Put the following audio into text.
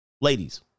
Ladies